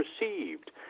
received